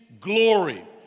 glory